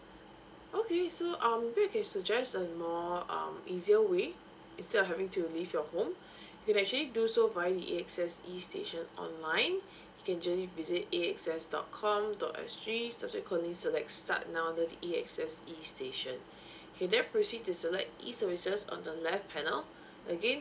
okay so um here I can suggest uh more um easier way instead of having to leave your home you can actually do so via the A_X_S E station online you can actually visit A_X_S dot com dot S G subsequently select start now under the A_X_S E station okay then proceed to select E services on the left panel again